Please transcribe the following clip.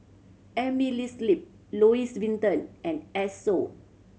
Amerisleep Louis Vuitton and Esso